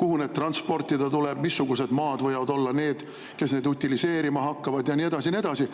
kuhu kõik transportida tuleb, missugused maad võivad olla need, kes neid utiliseerima hakkavad, ja nii edasi ja nii edasi.